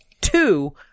Two